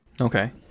Okay